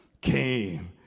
came